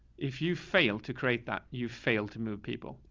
if you fail to create that, you fail to move people.